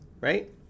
Right